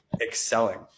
excelling